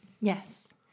Yes